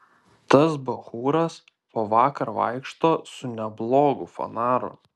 tas bachūras po vakar vaikšto su neblogu fanaru